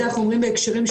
תודה רבה.